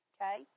Okay